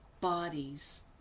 bodies